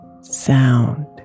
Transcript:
sound